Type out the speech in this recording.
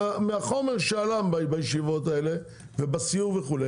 מהחומר שעלה בישיבות האלה ובסיור וכו',